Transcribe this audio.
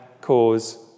cause